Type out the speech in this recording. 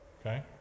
Okay